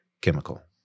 chemical